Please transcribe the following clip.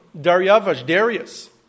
Darius